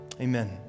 amen